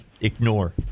ignore